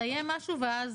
הסתיים משהו ואז